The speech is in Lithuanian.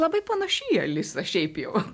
labai panaši į alisą šiaip jau